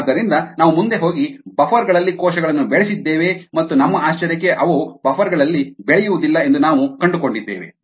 ಆದ್ದರಿಂದ ನಾವು ಮುಂದೆ ಹೋಗಿ ಬಫರ್ ಗಳಲ್ಲಿ ಕೋಶಗಳನ್ನು ಬೆಳೆಸಿದ್ದೇವೆ ಮತ್ತು ನಮ್ಮ ಆಶ್ಚರ್ಯಕ್ಕೆ ಅವು ಬಫರ್ ಗಳಲ್ಲಿ ಬೆಳೆಯುವುದಿಲ್ಲ ಎಂದು ನಾವು ಕಂಡುಕೊಂಡಿದ್ದೇವೆ